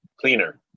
cleaner